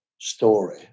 story